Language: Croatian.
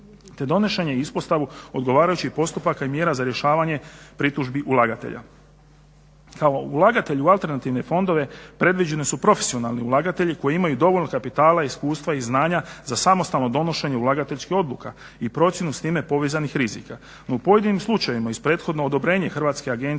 te donošenje i ispostavu odgovarajućih postupaka i mjera za rješavanje pritužbi ulagatelja. Kao ulagatelj u alternativne fondove predviđeni su profesionalni ulagatelji koji imaju dovoljno kapitala i iskustva za samostalno donošenje ulagateljskih odluka i procjenu s time povezanih rizika. No u pojedinim slučajevima uz prethodno odobrenje hrvatske agencije